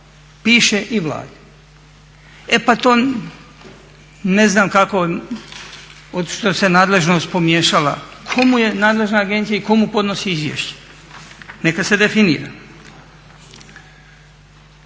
piše i Vladi. E pa to ne znam kako što se nadležnost pomiješala. Komu je nadležna agencija i komu podnosi izvješće? Neka se definira.